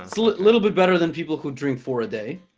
little bit better than people who drink for a day